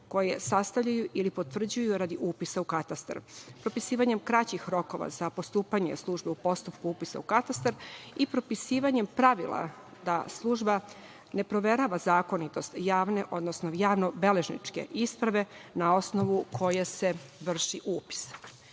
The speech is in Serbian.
koje sastavljaju ili potvrđuju radi upisa u katastar, propisivanjem kraćih rokova za postupanje službe u postupku upisa u katastar i propisivanjem pravila da služba ne proverava zakonitost javne, odnosno javno-beležničke isprave na osnovu koje se vrši